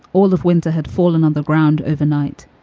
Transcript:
all of winter, had fallen on the ground. overnight,